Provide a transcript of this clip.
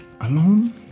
Alone